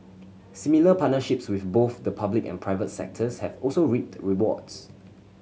similar partnerships with both the public and private sectors have also reaped rewards